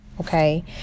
okay